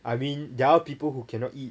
I mean there are people who cannot eat